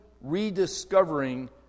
rediscovering